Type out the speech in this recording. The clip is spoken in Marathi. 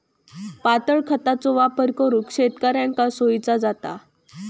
पातळ खतांचो वापर करुक शेतकऱ्यांका सोयीचा जाता